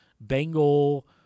Bengal